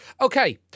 Okay